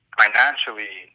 financially